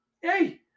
Hey